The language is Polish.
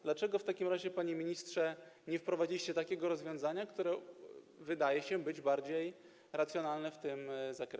Dlaczego w takim razie, panie ministrze, nie wprowadziliście takiego rozwiązania, które wydaje się bardziej racjonalne w tym zakresie?